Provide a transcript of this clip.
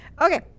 okay